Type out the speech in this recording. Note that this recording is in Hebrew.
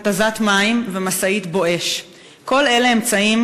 התזת מים ומשאית "בואש" כל אלה אמצעים